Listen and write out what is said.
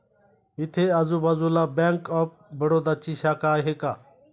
इथे आजूबाजूला Bank of बडोदाची शाखा आहे का?